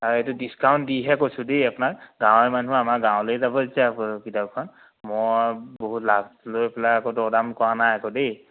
আৰু এইটো ডিছকাউণ্ট দিহে কৈছোঁ দেই আপোনাক গাঁৱৰেই মানুহ আমাৰ গাঁৱলৈয়ে যাব যেতিয়া কিতাপকেইখন মই বহুত লাভ লৈ পেলাই আকৌ দৰদাম কৰা নাই আকৌ দেই